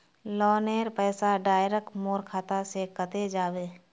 लोनेर पैसा डायरक मोर खाता से कते जाबे?